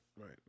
right